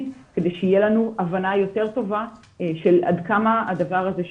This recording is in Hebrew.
שתהיה לנו הבנה יותר טובה של עד כמה הדבר הזה שכיח.